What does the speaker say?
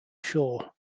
shore